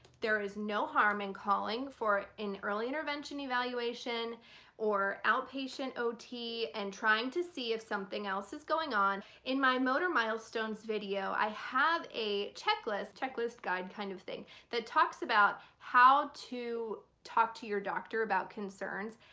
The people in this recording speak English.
there is no harm in calling for an early intervention evaluation or outpatient ot and trying to see if something else is going on. in my motor milestones video i have a checklist checklist guide kind of thing that talks about how to talk to your doctor about concerns.